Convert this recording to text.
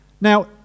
Now